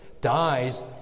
dies